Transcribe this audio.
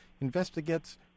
investigates